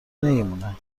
نمیمونه